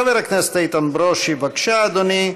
חבר הכנסת איתן ברושי, בבקשה, אדוני,